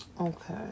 Okay